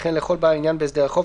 וכן לכל בעל עניין בהסדר החוב,